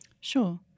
Sure